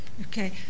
Okay